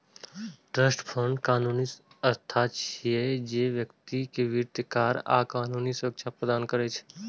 trust fund कानूनी संस्था छियै, जे व्यक्ति कें वित्तीय, कर आ कानूनी सुरक्षा प्रदान करै छै